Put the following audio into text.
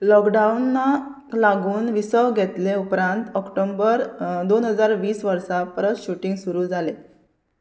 लॉकडावनाक लागून विसव घेतले उपरांत ऑक्टोबर दोन हजार वीस वर्सां परस शुटिंग सुरू जालें